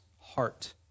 heart